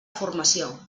formació